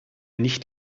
nicht